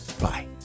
Bye